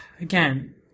again